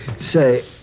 Say